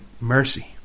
mercy